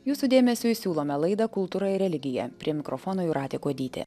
jūsų dėmesiui siūlome laidą kultūra ir religija prie mikrofono jūratė kuodytė